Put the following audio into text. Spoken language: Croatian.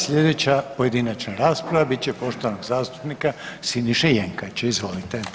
Sljedeća pojedinačna rasprava bit će poštovanog zastupnika Siniše Jenkača, izvolite.